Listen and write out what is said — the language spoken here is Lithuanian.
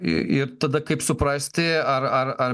ir tada kaip suprasti ar ar ar